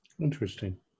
Interesting